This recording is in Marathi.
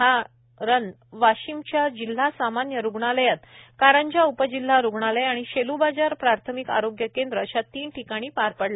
हा ड्राय रन वाशिमच्या जिल्हा सामान्य रुग्णालयात कारंजा उपजिल्हा रुग्णालय आणि शेलूबाजार प्राथमिक आरोग्य केंद्र अशा तीन ठिकाणी पार पडला